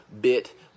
bit